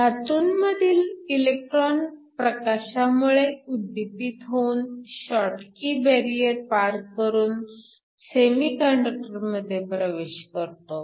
धातूंमधील electron प्रकाशामुळे उद्दीपित होऊन शॉटकी बॅरिअर पार करून सेमीकंडक्टरमध्ये प्रवेश करतो